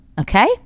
Okay